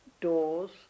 doors